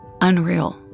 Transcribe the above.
Unreal